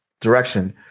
direction